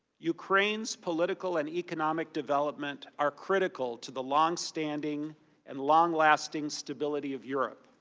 ukraine's political and economic development are critical to the long-standing and long-lasting stability of europe.